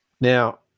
Now